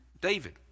David